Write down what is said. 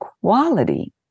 quality